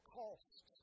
cost